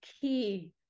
key